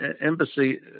embassy